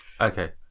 Okay